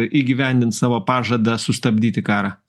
įgyvendint savo pažadą sustabdyti karą